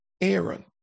Aaron